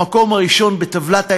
במקום הראשון בטבלת ההישגים,